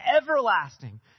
everlasting